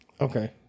okay